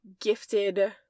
gifted